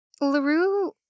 LaRue